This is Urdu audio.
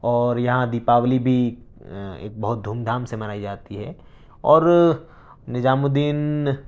اور یہاں دیپاولی بھی ایک بہت دھوم دھام سے منائی جاتی ہے اور نظام الدین